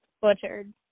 butchered